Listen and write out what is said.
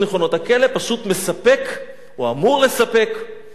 הכלא פשוט מספק או אמור לספק מזון,